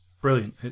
brilliant